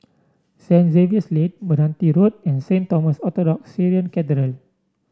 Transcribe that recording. Saint Xavier's Lane Meranti Road and Saint Thomas Orthodox Syrian Cathedral